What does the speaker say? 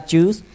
Jews